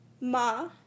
Ma